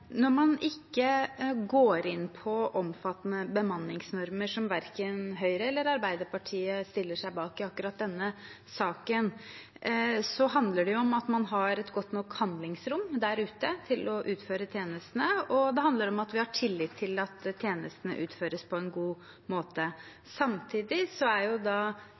Når man ikke går inn på omfattende bemanningsnormer, som verken Høyre eller Arbeiderpartiet stiller seg bak i akkurat denne saken, handler det om at man må ha et godt nok handlingsrom der ute til å utføre tjenestene, og det handler om at vi har tillit til at tjenestene utføres på en god måte. Samtidig er